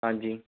ਹਾਂਜੀ